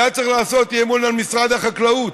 היה צריך לעשות אי-אמון על משרד החקלאות.